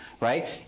right